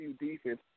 defense